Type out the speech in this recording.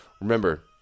Remember